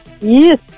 Yes